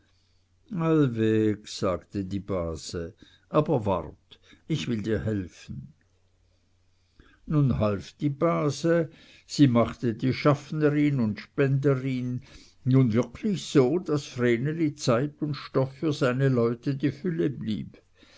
sagte die base aber wart ich will dir helfen nun half die base sie machte die schaffnerin und spenderin nun wirklich so daß vreneli zeit und stoff für seine leute die fülle blieb